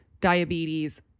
diabetes